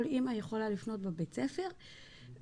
כל אימא יכולה לפנות בבית הספר ולבקש.